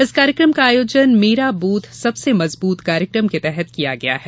इस कार्यक्रम का आयोजन मेरा बूथ सबसे मजबूत कार्यक्रम के तहत किया गया है